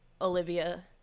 olivia